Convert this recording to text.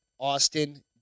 Austin